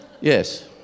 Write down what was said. Yes